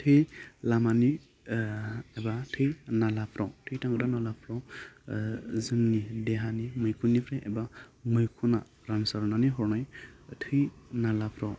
थै लामानि एबा थै नालाफ्राव थै थांग्रा नालाफ्राव जोंनि देहानि मैखुननिफ्राय एबा मैखुना रानसारनानै हरनाय थै नालाफ्राव